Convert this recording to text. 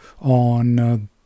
on